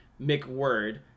McWord